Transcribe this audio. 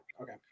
okay